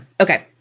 okay